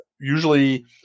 usually